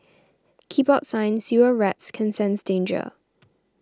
keep out sign Sewer rats can sense danger